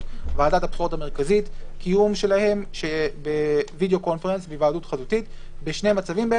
ועדת הבחירות המרכזית בהיוועדות חזותית בשני מצבים,